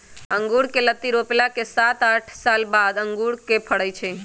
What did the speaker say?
अँगुर कें लत्ति रोपला के सात आठ साल बाद अंगुर के फरइ छइ